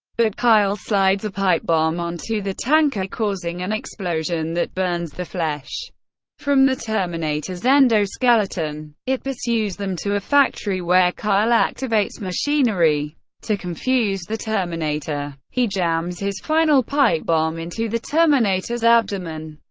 but kyle slides a pipe bomb onto the tanker, causing an explosion that burns the flesh from the terminator's endoskeleton. it pursues them to a factory, where kyle activates machinery to confuse the terminator. he jams his final pipe bomb into the terminator's abdomen,